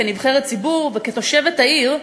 כנבחרת ציבור וכתושבת העיר,